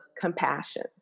compassion